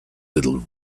little